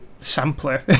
sampler